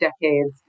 decades